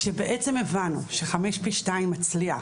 כשהבנו שחמש פי שניים מצליח,